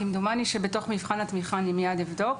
כמדומני, דרך מבחן התמיכה אני מיד אבדוק